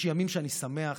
יש ימים שאני שמח